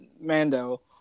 Mando